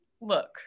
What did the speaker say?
look